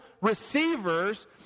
receivers